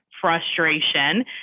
Frustration